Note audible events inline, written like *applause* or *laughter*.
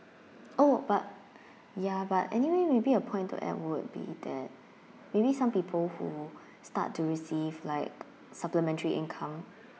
oh but *breath* ya but anyway maybe a point to add would be that maybe some people who *breath* start to receive like supplementary income